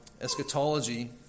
eschatology